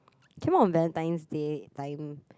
came out on Valentine's Day time